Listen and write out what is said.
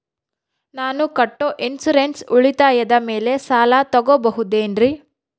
ನಾನು ಕಟ್ಟೊ ಇನ್ಸೂರೆನ್ಸ್ ಉಳಿತಾಯದ ಮೇಲೆ ಸಾಲ ತಗೋಬಹುದೇನ್ರಿ?